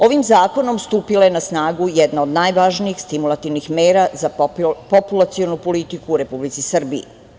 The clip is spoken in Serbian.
Ovim zakonom stupila je na snagu jedna od najvažnijih stimulativnih mera za populacionu politiku u Republici Srbiji.